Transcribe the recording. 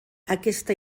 aquesta